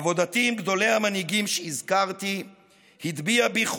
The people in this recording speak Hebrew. עבודתי עם גדולי המנהיגים שהזכרתי הטביעה בי